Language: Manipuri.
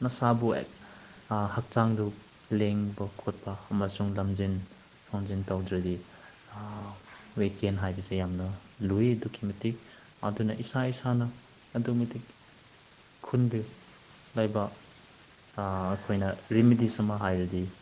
ꯅꯁꯥꯕꯨ ꯍꯛꯆꯥꯡꯗꯨ ꯂꯦꯡꯕ ꯈꯣꯠꯄ ꯑꯃꯁꯨꯡ ꯂꯝꯖꯦꯟ ꯁꯥꯖꯦꯟ ꯇꯧꯗ꯭ꯔꯗꯤ ꯋꯦꯠ ꯒꯦꯟ ꯍꯥꯏꯕꯁꯤ ꯌꯥꯝꯅ ꯂꯨꯏ ꯑꯗꯨꯛꯀꯤ ꯃꯇꯤꯛ ꯑꯗꯨꯅ ꯏꯁꯥ ꯏꯁꯥꯅ ꯑꯗꯨꯛꯀꯤ ꯃꯇꯤꯛ ꯈꯨꯟꯗ ꯂꯩꯕ ꯑꯩꯈꯣꯏꯅ ꯔꯤꯃꯤꯗꯤꯁ ꯑꯃ ꯍꯥꯏꯔꯗꯤ